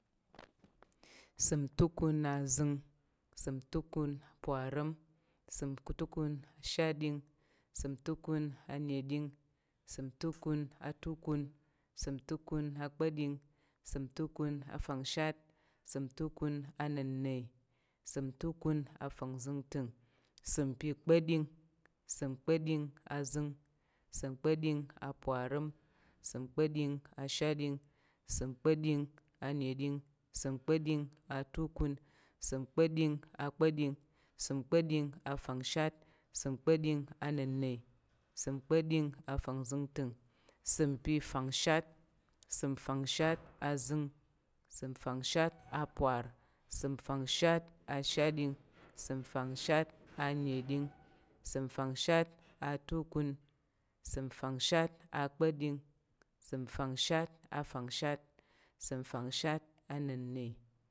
Ìsəm tukun azəng, ìsəm tukun parəm, ìsəm atukun ashatɗing, ììsəm tukun aneɗing, ìsəm atukun a tukun, ìsəm tukun akpa̱ɗing, ìsəm tukun afangshat, ìsəm tukun ana̱nne, ìsəm tukuna afangzəngtəng, ìsəm pa̱ kpa̱ɗing, ìsəm kpa̱ɗing azəng, ìsəm kpa̱ɗing aparəm, ìsəm kpa̱ɗing ashatɗing, ìsəm kpeding a neɗing, ìsəm kpa̱ɗing atukun, ìsəm kpa̱ɗing akpa̱ɗing, sam kpa̱ɗing afangshat, ìsəm kpa̱ɗing anənen, ìsəm kpa̱ɗing afanzəngtəng, ìsəm pa̱ fangshat, ìsəm fangshat azəng, ìsəm fangshat apar, ìsəm fangshat ashatɗing, ìsəm fangshat neɗing, ìsəm fangshat atukun, ìsəm fangshat akpa̱ɗing, ìsəm fangshat afangshat, ìsəm fangshat anenne.